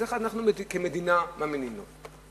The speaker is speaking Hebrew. אז איך אנחנו, כמדינה, מאמינים לו?